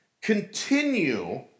continue